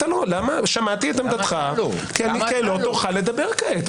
שמעתי את עמדתך, לא תורך לדבר כעת.